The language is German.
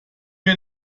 mir